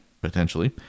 potentially